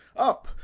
up,